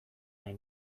nahi